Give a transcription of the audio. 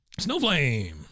Snowflame